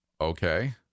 Okay